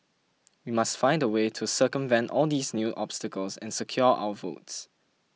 we must find a way to circumvent all these new obstacles and secure our votes